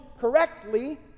correctly